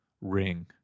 ring